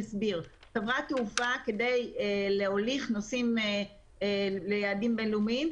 אסביר: חברת תעופה כדי להוליך נוסעים ליעדים בין לאומיים,